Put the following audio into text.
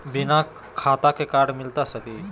बिना खाता के कार्ड मिलता सकी?